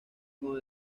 con